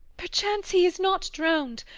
perchance he is not drown'd.